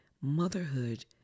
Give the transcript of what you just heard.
Motherhood